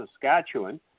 Saskatchewan